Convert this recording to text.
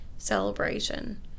celebration